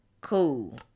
cool